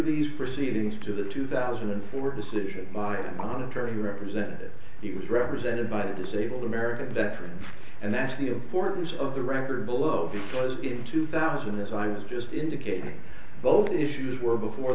these proceedings to the two thousand and four decision by monetary representative it was represented by the disabled american veterans and that's the importance of the record below this was in two thousand as i was just indicating both issues were before